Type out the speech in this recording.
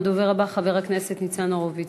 הדובר הבא, חבר הכנסת ניצן הורוביץ.